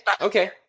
okay